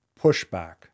pushback